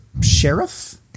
sheriff